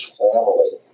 family